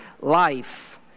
life